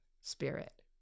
spirit